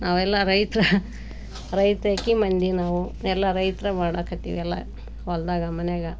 ನಾವೆಲ್ಲ ರೈತರ ರೈತಾಪಿ ಮಂದಿ ನಾವು ಎಲ್ಲ ರೈತರ ಮಾಡಾಕತ್ತೀವಿ ಎಲ್ಲ ಹೊಲದಾಗ ಮನೆಯಾಗ